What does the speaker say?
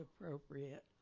appropriate